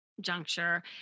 juncture